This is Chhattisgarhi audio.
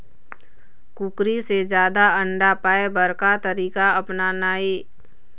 कुकरी से जादा अंडा पाय बर का तरीका अपनाना ये?